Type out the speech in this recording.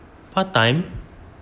part time